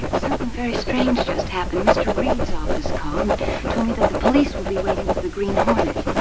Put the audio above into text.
something very strange just happened. mr. reid's office called told me that the police will be waiting for the green hornet.